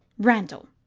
randall!